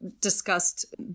discussed